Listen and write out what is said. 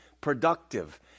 productive